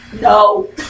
No